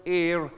air